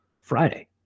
Friday